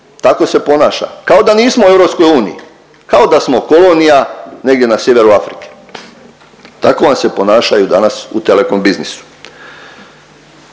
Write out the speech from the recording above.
Tako se ponaša kao da nismo u EU, kao da smo kolonija negdje na sjeveru Afrike. Tako vam se ponašaju danas u telekom biznisu.